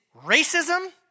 racism